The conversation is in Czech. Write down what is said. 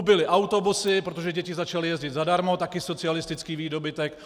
Ubyly autobusy, protože děti začaly jezdit zadarmo, taky socialistický výdobytek.